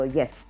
yes